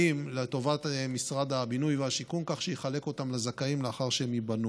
לטובת משרד הבינוי והשיכון כך שיחלק אותן לזכאים לאחר שהן ייבנו.